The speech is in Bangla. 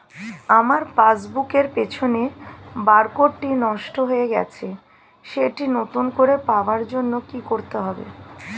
আমার পাসবুক এর পিছনে বারকোডটি নষ্ট হয়ে গেছে সেটি নতুন করে পাওয়ার জন্য কি করতে হবে?